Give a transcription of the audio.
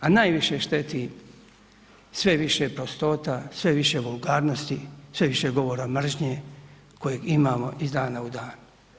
A najviše šteti sve više prostota, sve više vulgarnosti, sve više govora mržnje kojeg imamo iz dana u dana.